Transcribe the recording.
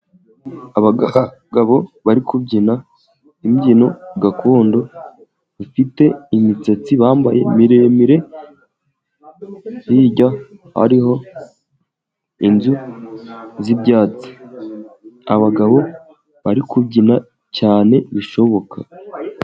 Abagabo bari kubyina imbyino gakondo bafite imisatsi bambaye miremire, hirya hariho inzu z'ibyatsi abagabo bari kubyina cyane bishoboka.